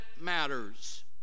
matters